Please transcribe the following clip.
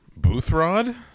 Boothrod